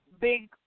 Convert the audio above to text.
big